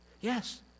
Yes